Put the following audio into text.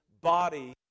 body